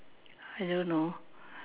I don't know